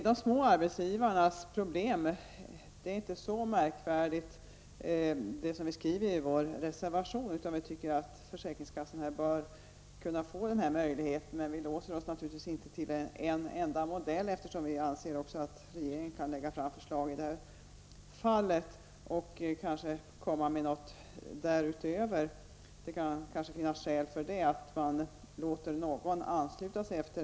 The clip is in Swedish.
De små arbetsgivarnas problem är inte så märkvärdiga, vilket vi också har skrivit i reservationen. Vi tycker att försäkringskassorna bör kunna få den här möjligheten. Naturligtvis låser vi oss inte till en enda modell. Vi anser att regeringen kan lägga fram förslag och kanske komma med någonting extra. Det kan kanske finnas skäl att mot särskild avgift låta någon ansluta sig.